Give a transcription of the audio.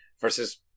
versus